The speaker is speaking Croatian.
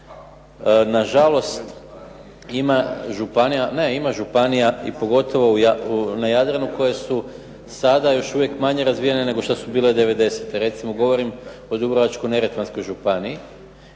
Na žalost ima županija i pogotovo na Jadranu koje su sada još uvijek manje razvijene nego što su bile devedesete. Recimo govorim o Dubrovačko-neretvanskoj županiji,